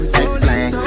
explain